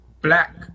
black